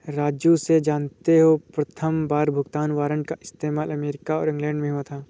राजू से जानते हो प्रथमबार भुगतान वारंट का इस्तेमाल अमेरिका और इंग्लैंड में हुआ था